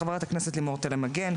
חברת הכנסת לימור תלם מגן,